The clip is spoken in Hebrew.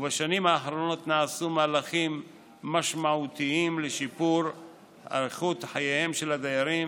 ובשנים האחרונות נעשו מהלכים משמעותיים לשיפור איכות חייהם של הדיירים,